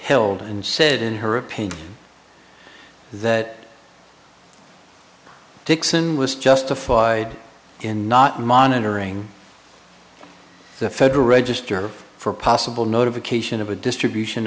held and said in her opinion that dixon was justified in not monitoring the federal register for possible notification of a distribution